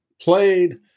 played